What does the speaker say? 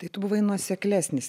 tai tu buvai nuoseklesnis